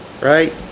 right